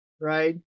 right